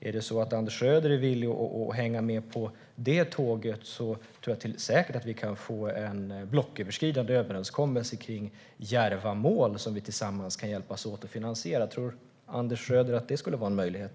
Om Anders Schröder är villig att hänga med på det tåget tror jag säkert att vi kan få en blocköverskridande överenskommelse kring djärva mål, som vi tillsammans kan hjälpas åt att finansiera. Tror Anders Schröder att det skulle vara en möjlighet?